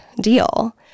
deal